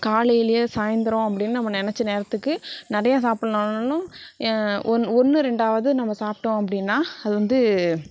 காலையிலேயோ சாயந்தரம் அப்படின்னு நம்ம நினச்ச நேரத்துக்கு நிறையா சாப்புடலாம் ஆனாலும் ஒன்று ரெண்டாவது நம்ம சாப்பிட்டோம் அப்படின்னா அது வந்து